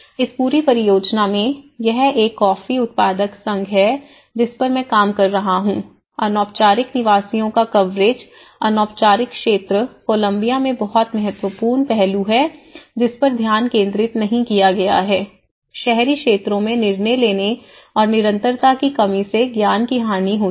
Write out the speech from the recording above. इस पूरी परियोजना में यह एक कॉफी उत्पादक संघ है जिस पर मैं काम कर रहा हूँ अनौपचारिक निवासियों का कवरेज अनौपचारिक क्षेत्र कोलंबिया में बहुत महत्वपूर्ण पहलू है जिस पर ध्यान केंद्रित नहीं किया गया है शहरी क्षेत्रों में निर्णय लेने और निरंतरता की कमी से ज्ञान की हानि होती है